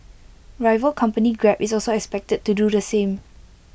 rival company grab is also expected to do the same